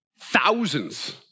thousands